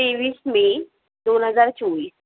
तेवीस मे दोन हजार चोवीस